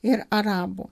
ir arabų